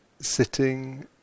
sitting